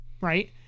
Right